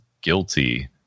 guilty